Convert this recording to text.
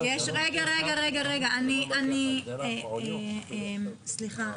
רגע, רגע, אני, סליחה.